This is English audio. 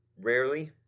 rarely